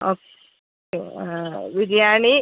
okay biryani